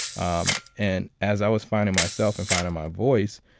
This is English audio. um and as i was finding myself and finding my voice